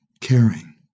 caring